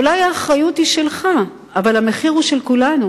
אולי האחריות היא שלך, אבל המחיר הוא של כולנו.